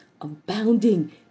abounding